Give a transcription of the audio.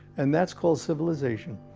and that's called civilization.